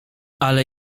ale